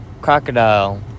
crocodile